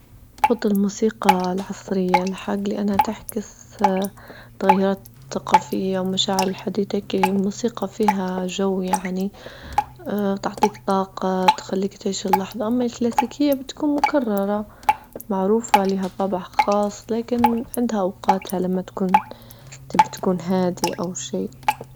أفضل موسيقى العصرية الحج لأنها تعكس طيات ثقافية ومشاعر الحديتكى موسيقى فيها جو يعني اه تعطيك طاقة تخليك تعيش اللحظة أما الكلاسيكية بتكون مكررة معروفة لها طابع خاص لكن عندها أوقاتها لما تكون تبى تكون هادي أو شي.